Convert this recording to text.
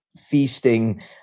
feasting